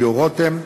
ליאור רותם,